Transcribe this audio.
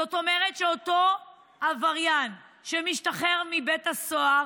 זאת אומרת, אותו עבריין שמשתחרר מבית הסוהר,